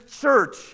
church